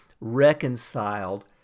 reconciled